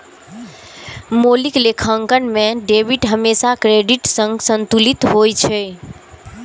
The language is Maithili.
मौलिक लेखांकन मे डेबिट हमेशा क्रेडिट सं संतुलित होइ छै